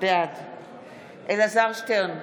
בעד אלעזר שטרן,